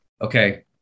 Okay